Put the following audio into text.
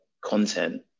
content